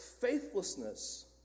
faithlessness